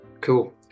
cool